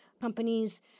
companies